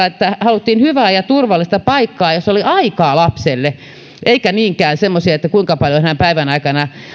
että haluttiin hyvää ja turvallista paikkaa jossa oli aikaa lapselle eikä niinkään semmoisia että kuinka paljon hän päivän aikana